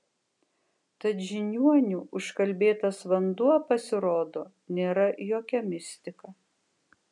tad žiniuonių užkalbėtas vanduo pasirodo nėra jokia mistika